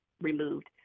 removed